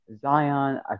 Zion